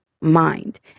mind